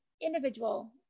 individual